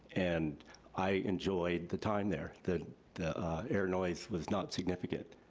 and i enjoyed the time there. the the air noise was not significant,